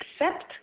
accept